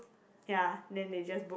ya then they just broke